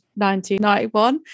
1991